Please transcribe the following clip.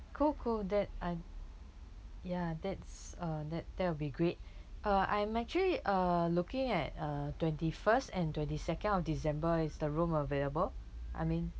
cool cool that I ya that's uh that that will be great uh I'm actually uh looking at uh twenty first and twenty second of december is the room available I mean